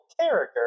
character